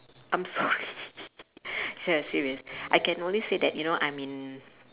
I'm sorry ya serious I can only say that you know I'm in